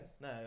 No